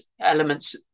elements